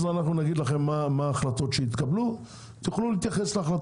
מה ממה שהעלנו פה